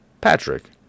Patrick